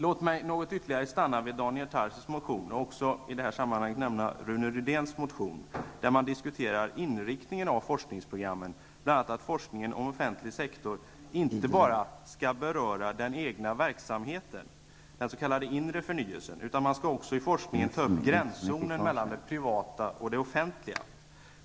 Låt mig något ytterligare stanna vid Daniel Tarschys motion och också i det här sammanhanget nämna Rune Rydéns motion, där man diskuterar inriktningen av forskningsprogrammen, bl.a. att forskningen om offentlig sektor inte bara skall beröra den egna verksamheten, den s.k. inre förnyelsen, utan också ta upp gränszonen mellan det privata och det offentliga.